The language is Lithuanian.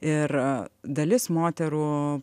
ir dalis moterų